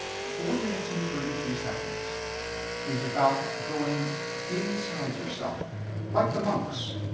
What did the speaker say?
four minutes and thirty three seconds is about going inside yourself like the monks